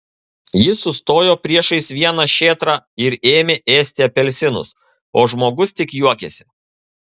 jis sustojo priešais vieną šėtrą ir ėmė ėsti apelsinus o žmogus tik juokėsi